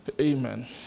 Amen